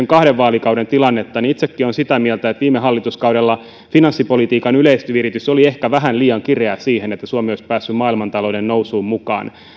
kahden vaalikauden tilannetta itsekin olen sitä mieltä että viime hallituskaudella finanssipolitiikan yleisviritys oli ehkä vähän liian kireä siihen että suomi olisi päässyt maailmantalouden nousuun mukaan